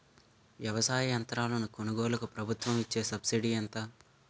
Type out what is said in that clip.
వ్యవసాయ యంత్రాలను కొనుగోలుకు ప్రభుత్వం ఇచ్చే సబ్సిడీ ఎంత?